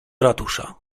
ratusza